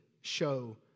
show